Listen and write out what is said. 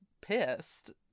pissed